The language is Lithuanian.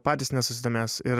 patys nesusidomės ir